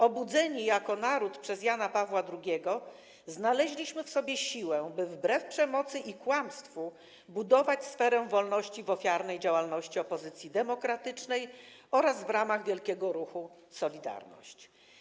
Obudzeni jako naród przez Jana Pawła II, znaleźliśmy w sobie siłę, by wbrew przemocy i kłamstwu budować sferę wolności w ofiarnej działalności opozycji demokratycznej oraz w ramach wielkiego ruchu 'Solidarność'